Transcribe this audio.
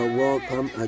welcome